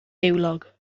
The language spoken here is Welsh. niwlog